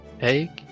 hey